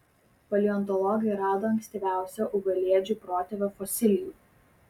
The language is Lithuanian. paleontologai rado ankstyviausio augalėdžių protėvio fosilijų